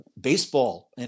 baseball